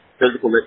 physical